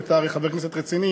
ואתה הרי חבר כנסת רציני.